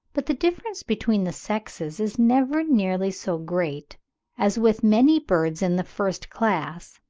but the difference between the sexes is never nearly so great as with many birds in the first class,